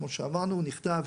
כמו שאמרנו, הוא נכתב